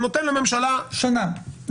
הוא נותן לממשלה -- שנה.